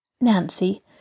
Nancy